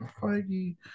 Feige